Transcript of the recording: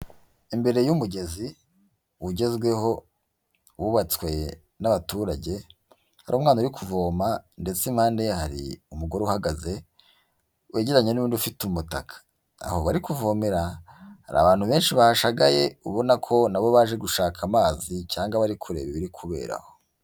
Imbere y'umugezi ugezweho, wubatswe n'abaturage, hari umwana uri kuvoma, ndetse impande ye hari umugore uhagaze, wegeranye n'undi ufite umutaka. Aho bari kuvomera, hari abantu benshi bahashagaye ubona ko nabo baje gushaka amazi, cyangwa bari kureba ibiri kubera aho.